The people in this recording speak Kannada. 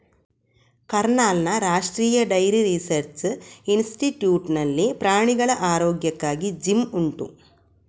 ಕರ್ನಾಲ್ನ ರಾಷ್ಟ್ರೀಯ ಡೈರಿ ರಿಸರ್ಚ್ ಇನ್ಸ್ಟಿಟ್ಯೂಟ್ ನಲ್ಲಿ ಪ್ರಾಣಿಗಳ ಆರೋಗ್ಯಕ್ಕಾಗಿ ಜಿಮ್ ಉಂಟು